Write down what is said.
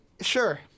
sure